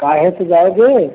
काहे से जाओगे